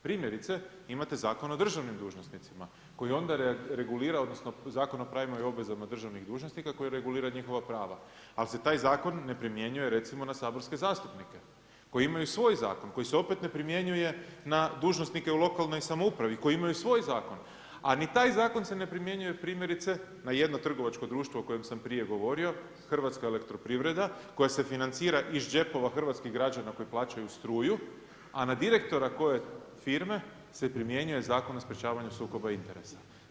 Primjerice, imate Zakon o državnim dužnosnicima koji onda regulira odnosno Zakon o pravima i obvezama državnih dužnosnika koji regulira njihova prava ali se taj zakon ne primjenjuje recimo na saborske zastupnike koji imaju svoj zakon, koji se opet ne primjenjuje na dužnosnike u lokalnoj samoupravi, koji imaju svoj zakon a ni taj zakon se ne primjenjuje primjerice, na jedno trgovačko društvo o kojem sam prije govorio, HEP, koja se financira iz džepova hrvatskih građana koji plaćaju struju na direktora koje firme se primjenjuje Zakon o sprečavanju sukoba interesa.